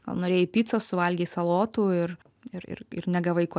gal norėjai picos suvalgei salotų ir ir ir ir negavai ko